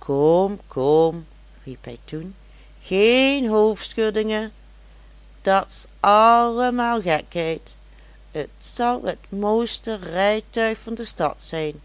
kom kom riep hij toen geen hoofdschuddingen dat's allemaal gekheid t zal het mooiste rijtuig van de stad zijn